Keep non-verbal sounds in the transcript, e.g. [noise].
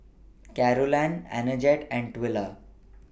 Carolann [unintelligible] and Twila